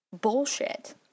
bullshit